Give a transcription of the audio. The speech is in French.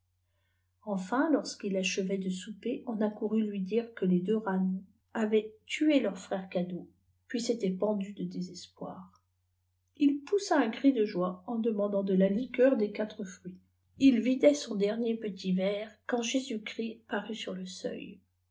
enfin lorsqu'il achevait de souper on accourut lui dire que les deux rannou javaient tué leur frère kado puis s'étaient peurdus de désespoir il poussa un cri de joie en demandant de la liqueur des quatre fruits il vidait son dertiier petit verre quand jésus chrjst parut sur le seuil